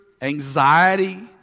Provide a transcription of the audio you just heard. anxiety